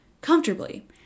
comfortably